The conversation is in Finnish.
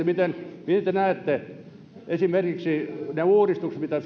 miten te näette yrittäjyyden näkökulmasta esimerkiksi ne erilaiset uudistukset mitä